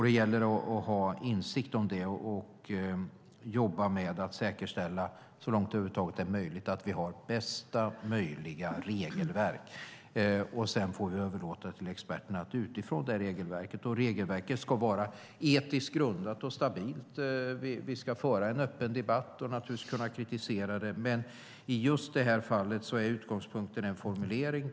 Det gäller att ha insikt om detta och jobba med att så långt det över huvud taget är möjligt säkerställa att vi har bästa möjliga regelverk. Sedan får vi överlåta till experterna att agera utifrån det regelverket. Regelverket ska vara etiskt grundat och stabilt. Vi ska föra en öppen debatt och naturligtvis kunna kritisera det, men i just detta fall är utgångspunkten en formulering.